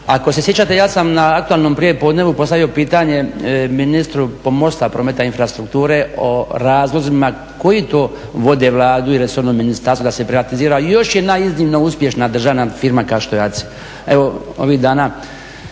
Ako se sjećate ja sam na aktualnom prijepodnevu postavio pitanje ministru pomorstva, prometa i infrastrukture o razlozima koji to vode Vladu i resorno ministarstvo da se privatizira i još jedna iznimno uspješna državna firma kao što je ACI. Evo ovih dana